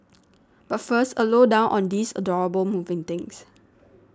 but first a low down on these adorable moving things